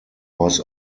was